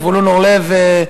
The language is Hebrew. זבולון אורלב,